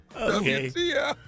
okay